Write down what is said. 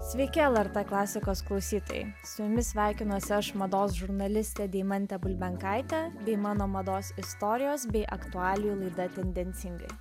sveiki lrt klasikos klausytojai su jumis sveikinasi aš mados žurnalistė deimantė bulbenkaitė bei mano mados istorijos bei aktualijų laidą tendencingai